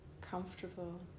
comfortable